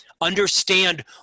understand